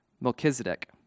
Melchizedek